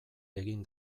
egin